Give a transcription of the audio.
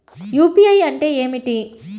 UPI అంటే ఏమిటీ?